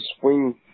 swing